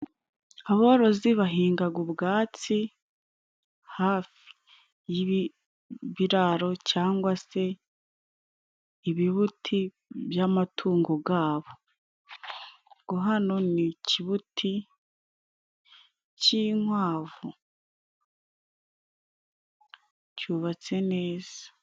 Aborozi bahingaga ubwatsi hafi y'ibiraro cyangwa se ibibuti by'amatungo gabo. Ugo hano ni ikibuti cy'inkwavu, cyubatse neza.